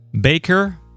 baker